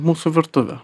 mūsų virtuvę